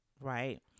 right